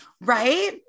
Right